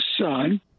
son